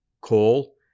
coal